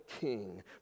king